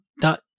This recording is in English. dot